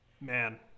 Man